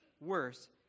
Worse